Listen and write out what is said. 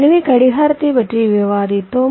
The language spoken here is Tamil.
எனவே கடிகாரத்தைப் பற்றி விவாதித்தோம்